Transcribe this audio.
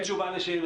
ובתשובה לשאלתי?